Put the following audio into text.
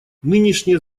нынешнее